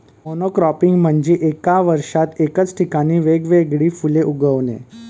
monocropping म्हणजे एका वर्षात एकाच ठिकाणी वेगवेगळी फुले उगवणे